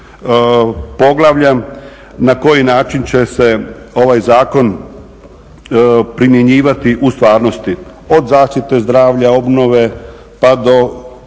poglavlja na koji način će se ovaj zakon primjenjivati u stvarnosti od zaštite zdravlja, obnove pa do